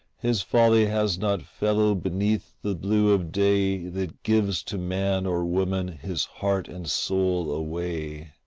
his folly has not fellow beneath the blue of day that gives to man or woman his heart and soul away.